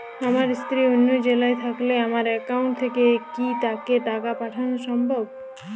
আমার স্ত্রী অন্য জেলায় থাকলে আমার অ্যাকাউন্ট থেকে কি তাকে টাকা পাঠানো সম্ভব?